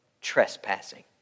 trespassing